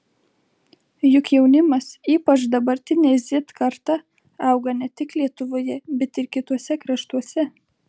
juk jaunimas ypač dabartinė z karta auga ne tik lietuvoje bet ir kituose kraštuose